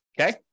okay